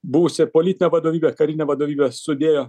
buvusi politinė vadovybė karinė vadovybė sudėjo